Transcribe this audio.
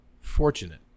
Fortunate